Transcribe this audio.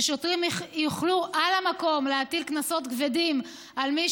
ששוטרים יוכלו על המקום להטיל קנסות כבדים על מי